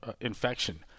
infection